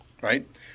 right